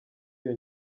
iyo